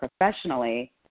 professionally